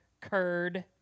curd